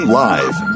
live